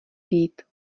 být